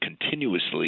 continuously